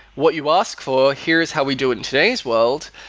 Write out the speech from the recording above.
what you've asked for, here's how we do it in today's world.